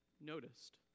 noticed